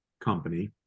company